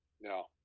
no